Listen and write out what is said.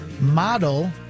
model